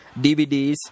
dvds